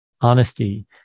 honesty